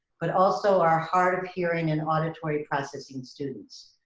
but also our hard-of-hearing and auditory processing students.